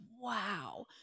wow